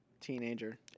teenager